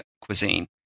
cuisine